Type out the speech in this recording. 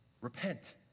Repent